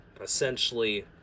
Essentially